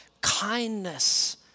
kindness